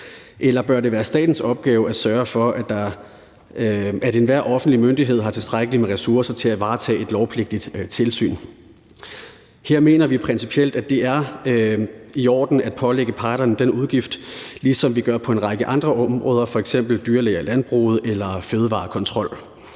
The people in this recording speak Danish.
Eller bør det være statens opgave at sørge for, at enhver offentlig myndighed har tilstrækkelig med ressourcer til at varetage et lovpligtigt tilsyn? Her mener vi principielt, at det er i orden at pålægge parterne den udgift, ligesom vi gør på en række andre områder, f.eks. med dyrlæger i landbruget eller fødevarekontrol.